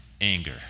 anger